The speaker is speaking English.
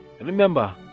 remember